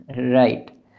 Right